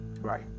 Right